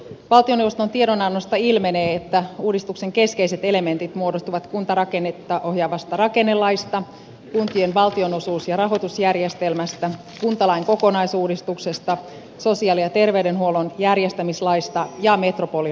valtioneuvoston tiedonannosta ilmenee että uudistuksen keskeiset elementit muodostuvat kuntarakennetta ohjaavasta rakennelaista kuntien valtionosuus ja rahoitusjärjestelmästä kuntalain kokonaisuudistuksesta sosiaali ja terveydenhuollon järjestämislaista ja metropoliratkaisusta